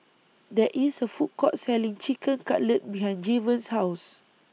There IS A Food Court Selling Chicken Cutlet behind Jayvon's House